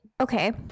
Okay